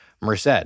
merced